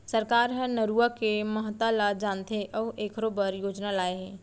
सरकार ह नरूवा के महता ल जानथे अउ एखरो बर योजना लाए हे